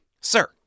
Sir